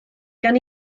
gan